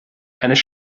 eines